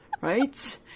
Right